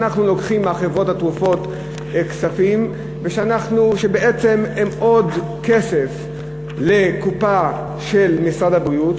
אנחנו לוקחים מחברות התרופות כספים שהם עוד כסף לקופה של משרד הבריאות,